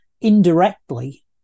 indirectly